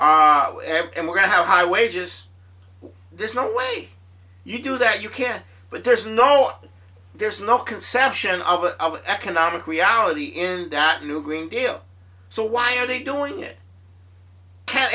day and we're going to have high wages there's no way you do that you can't but there's no there's no conception of an economic reality in that new green deal so why are they doing it can't